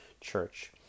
church